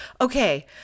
okay